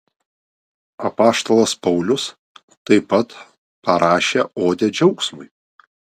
apaštalas paulius taip pat parašė odę džiaugsmui